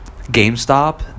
GameStop